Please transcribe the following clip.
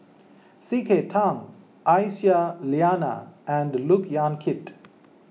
C K Tang Aisyah Lyana and Look Yan Kit